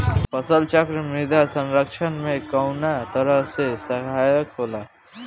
फसल चक्रण मृदा संरक्षण में कउना तरह से सहायक होला?